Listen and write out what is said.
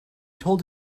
told